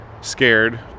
scared